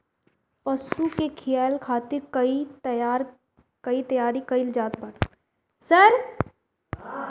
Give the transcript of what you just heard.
पशु के खियाए खातिर इ तईयार कईल जात बाटे